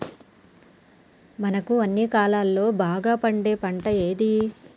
మనకు అన్ని కాలాల్లో బాగా పండే పంట ఏది?